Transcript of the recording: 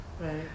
Right